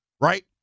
right